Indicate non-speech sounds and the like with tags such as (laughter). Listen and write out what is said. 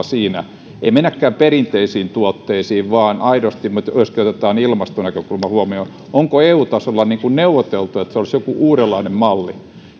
(unintelligible) siinä niin että ei mennäkään perinteisiin tuotteisiin vaan aidosti otetaan ilmastonäkökulma huomioon onko eu tasolla neuvoteltu että olisi joku uudenlainen malli